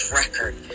record